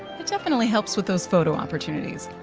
definitely helps with those photo opportunities.